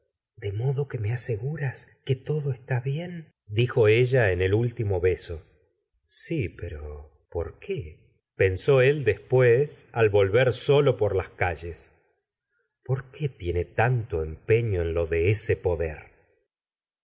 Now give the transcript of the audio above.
de modo que me aseguras que todo está bien dijo ella en el último beso si pero por qué pensó él después al volver solo por las calles por qué tiene tanto empeilo en lo de ese poder